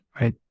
Right